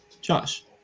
Josh